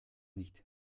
nicht